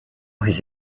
his